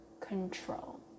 control